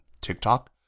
TikTok